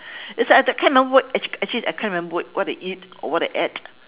it's like the kind of word actually actually I can't remember what I eat or what I ate